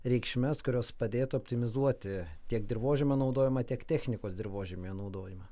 reikšmes kurios padėtų optimizuoti tiek dirvožemio naudojimą tiek technikos dirvožemio naudojimą